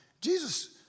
Jesus